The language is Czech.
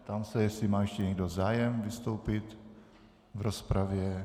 Ptám se, jestli má ještě někdo zájem vystoupit v rozpravě.